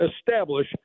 establish